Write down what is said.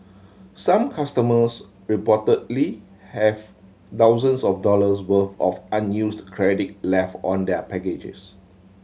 some customers reportedly have thousands of dollars worth of unused credit left on their packages